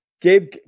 Gabe